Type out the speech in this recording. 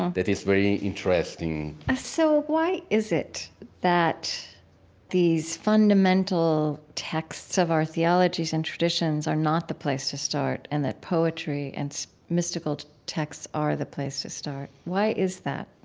that is very interesting and ah so why is it that these fundamental texts of our theologies and traditions are not the place to start and that poetry and mystical texts are the place to start. why is that?